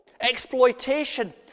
Exploitation